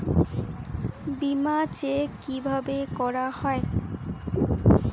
বিমা চেক কিভাবে করা হয়?